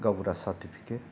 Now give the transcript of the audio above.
गावबुरा सार्टिफिकेट